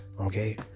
okay